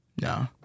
No